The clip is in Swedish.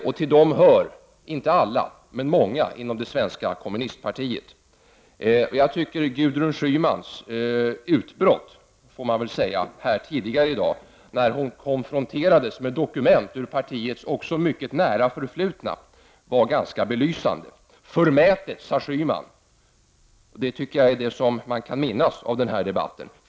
Och till dem hör, inte alla men många inom det svenska kommunistpartiet. Jag tycker att Gudrun Schymans utbrott, får man väl säga, tidigare här i dag, när hon konfronterades med dokument ur partiets mycket nära förflutna, var ganska belysande. Förmätet, sade Gudrun Schyman. Det tycker jag är det som man kan minnas i den här debatten.